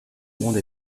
monde